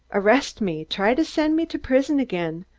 arrest me! try to send me to prison again.